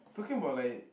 I talking about like